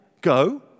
go